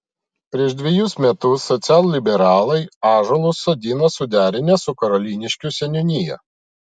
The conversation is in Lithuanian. prieš dvejus metus socialliberalai ąžuolus sodino suderinę su karoliniškių seniūnija